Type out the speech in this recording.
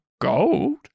gold